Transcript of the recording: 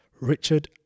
Richard